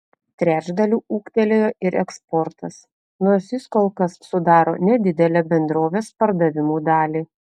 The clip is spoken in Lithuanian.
trečdaliu ūgtelėjo ir eksportas nors jis kol kas sudaro nedidelę bendrovės pardavimų dalį